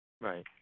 right